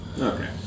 okay